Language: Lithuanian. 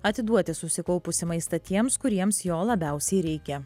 atiduoti susikaupusį maistą tiems kuriems jo labiausiai reikia